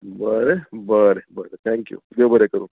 बरें बरें बरें थँक्यू देव बरें करूं